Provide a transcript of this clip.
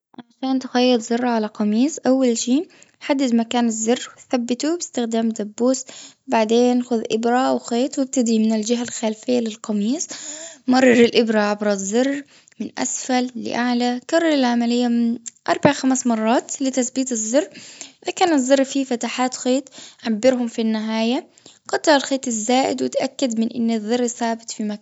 عشان تغير زر على قميص أول شي حدد مكان الزر ثبته بإستخدام دبوس بعدين خذ إبرة وخيط وإبتدي نخيط من الجهة الخلفية للقميص مرر الآبرة عبر الزر من أسفل لأعلى كرر العملية من اربع خمس مرات لتثبيت الزر لكن الزر فيه فتحات نعبرهم في النهاية قطع الخيط الزائد واتأكد من أن الزر ثابت في مكانه.